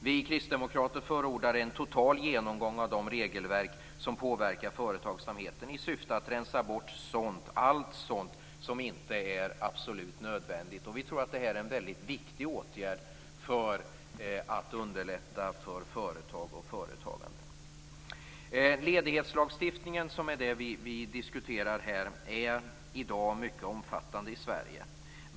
Vi kristdemokrater förordar en total genomgång av de regelverk som påverkar företagsamheten i syfte att allt sådant som inte är absolut nödvändigt rensas bort. Vi tror att det är en mycket viktig åtgärd för att man skall underlätta för företag och företagande. Ledighetslagstiftningen, som vi diskuterar nu, är i dag mycket omfattande i Sverige.